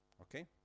okay